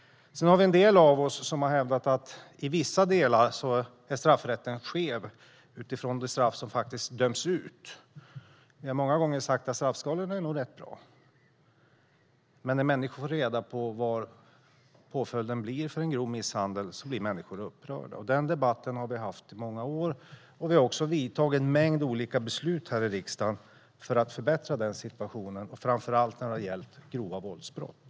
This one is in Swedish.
En del av oss brukar hävda att straffrätten i vissa delar är skev när det gäller det straff som faktiskt döms ut. Vi har många gånger sagt att straffskalorna är rätt bra, men när människor får reda på vad påföljden blir för grov misshandel blir de upprörda. Denna debatt har vi haft i många år. Vi har också fattat en mängd olika beslut här i riksdagen för att förbättra situationen, framför allt när det har gällt grova våldsbrott.